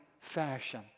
fashion